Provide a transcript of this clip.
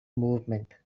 movement